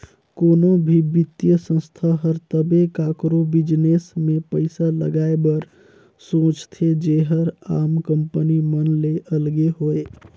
कोनो भी बित्तीय संस्था हर तबे काकरो बिजनेस में पइसा लगाए बर सोंचथे जेहर आम कंपनी मन ले अलगे होए